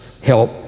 help